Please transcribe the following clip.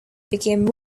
became